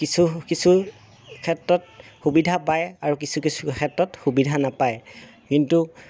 কিছু কিছু ক্ষেত্ৰত সুবিধা পায় আৰু কিছু কিছু ক্ষেত্ৰত সুবিধা নাপায় কিন্তু